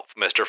Mr